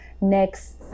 next